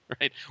Right